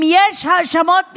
אם יש האשמות נגדו,